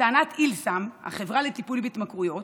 לטענת "אילסם", החברה לטיפול בהתמכרויות,